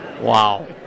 Wow